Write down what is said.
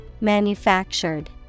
Manufactured